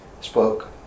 spoke